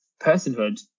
personhood